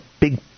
big